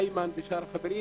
איימן ושאר החברים,